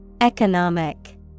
Economic